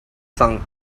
song